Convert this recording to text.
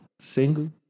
single